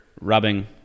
rubbing